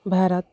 Bharat